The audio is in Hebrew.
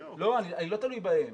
לא, אני לא תלוי בהם.